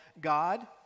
god